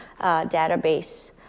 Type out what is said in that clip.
database